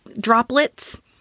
droplets